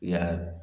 यार